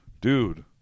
dude